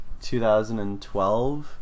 2012